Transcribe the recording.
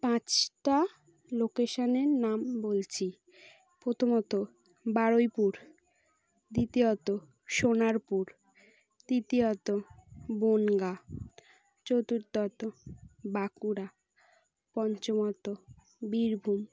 পাঁচটা লোকেশনের নাম বলছি প্রথমত বারুইপুর দ্বিতীয়ত সোনারপুর তিতীয়ত বনগাঁ চতুর্থত বাঁকুড়া পঞ্চমত বীরভূম